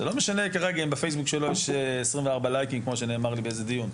זה לא משנה כרגע אם בפייסבוק שלו יש 24 לייקים כמו שנאמר לי באיזה דיון.